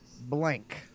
blank